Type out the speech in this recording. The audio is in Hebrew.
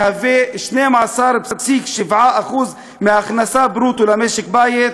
הוא 12.7% מההכנסה ברוטו למשק בית,